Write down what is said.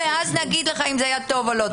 ואז נגיד לך אם זה היה טוב או לא טוב.